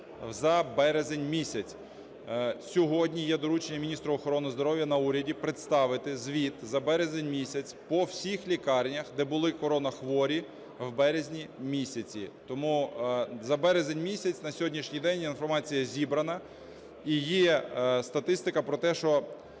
за березень місяць. Сьогодні є доручення міністру охорони здоров'я на уряді представити звіт за березень місяць по всіх лікарнях, де були коронахворі у березні місяці. Тому за березень місяць на сьогоднішній день інформація зібрана, і є статистика про те, що